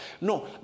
No